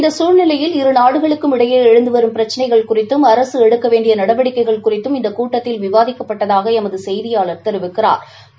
இந்த குழ்நிலையில் இரு நாடுகளுக்கும் இடையே எழுந்து வரும் பிரக்சினைகள் குறித்தும் அரசு எடுக்க வேண்டிய நடவடிக்கைகள் குறித்தும் இந்த கூட்டத்தில் விவாதிக்கப்பட்டதாக எமது செய்தியாளா் தெரிவிக்கிறாா்